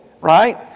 right